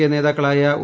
K നേതാക്കളായ O